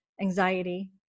anxiety